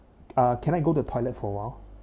uh can I go to toilet for a while